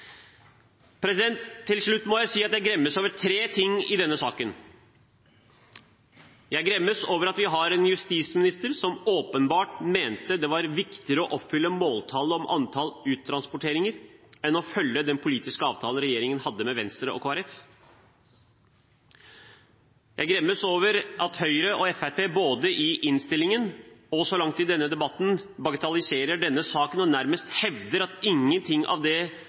må jeg si at jeg gremmes over tre ting i denne saken. Jeg gremmes over at vi har en justisminister som åpenbart mente det var viktigere å oppfylle måltallet om antall uttransporteringer enn å følge den politiske avtalen regjeringen hadde med Venstre og Kristelig Folkeparti. Jeg gremmes over at Høyre og Fremskrittspartiet både i innstillingen og så langt i denne debatten bagatelliserer denne saken og nærmest hevder at ingenting av det